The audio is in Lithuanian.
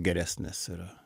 geresnės yra